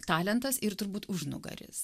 talentas ir turbūt užnugaris